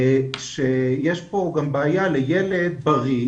יש פה גם בעיה חברתית לילד בריא